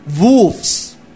wolves